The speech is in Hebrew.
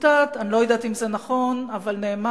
צוטט, אני לא יודעת אם זה נכון, אבל נאמר